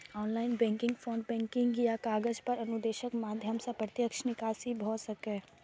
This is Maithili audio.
ऑनलाइन बैंकिंग, फोन बैंकिंग या कागज पर अनुदेशक माध्यम सं प्रत्यक्ष निकासी भए सकैए